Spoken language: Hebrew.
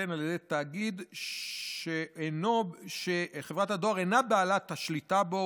יינתן על ידי תאגיד שחברת הדואר אינה בעלת השליטה בו,